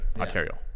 Ontario